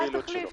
אל תחליף.